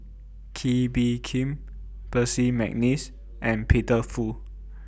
Kee Bee Khim Percy Mcneice and Peter Fu